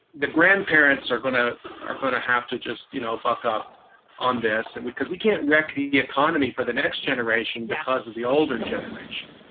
the grandparents are going to are gonna have to just, you know, buck up on this. and because we can't wreck the the economy for the next generation because of the older generation.